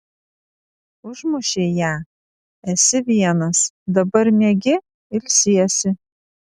užmušei ją esi vienas dabar miegi ilsiesi